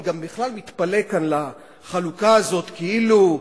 אני גם בכלל מתפלא כאן לחלוקה הזאת כאילו,